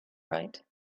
right